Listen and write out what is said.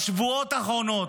בשבועות האחרונים,